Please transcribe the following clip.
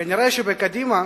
כנראה שבקדימה